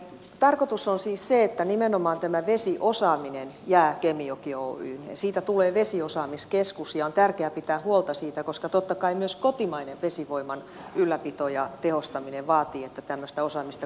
tarkoitus on siis se että nimenomaan tämä vesiosaaminen jää kemijoki oyhyn ja siitä tulee vesiosaamiskeskus ja on tärkeää pitää huolta siitä koska totta kai myös kotimainen vesivoiman ylläpito ja tehostaminen vaatii että tämmöistä osaamista kotimaassa on